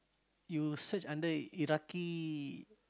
you search under Iraqi